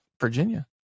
Virginia